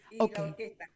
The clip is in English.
Okay